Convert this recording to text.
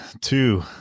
Two